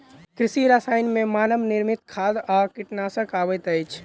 कृषि रसायन मे मानव निर्मित खाद आ कीटनाशक अबैत अछि